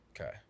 Okay